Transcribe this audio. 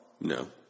No